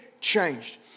changed